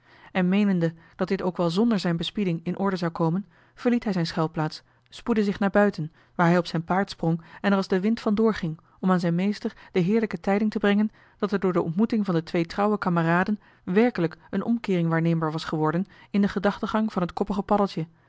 en meenende dat dit ook wel zonder zijn bespieding in orde zou komen verliet hij zijn schuilplaats spoedde zich naar buiten waar hij op zijn paard sprong en er als de wind van doorging om aan zijn meester de heerlijke tijding te brengen dat er door de ontmoeting van de twee trouwe kameraden werkelijk een omkeering waarneembaar was geworden in den gedachtengang van het koppige paddeltje